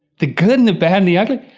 the good, and the bad and the ugly.